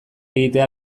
egitea